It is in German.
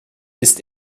ist